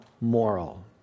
moral